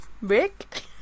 Rick